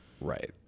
Right